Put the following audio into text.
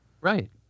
Right